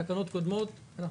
בתקנות קודמות,